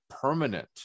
permanent